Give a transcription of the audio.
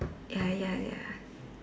ya ya ya